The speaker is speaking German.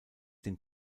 den